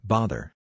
Bother